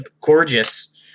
gorgeous